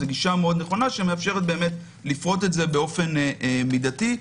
זה מצב שמאפשר לפרוט את זה באופן מידתי.